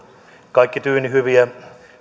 kaikki tyynni hyviä